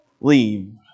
leave